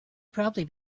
probably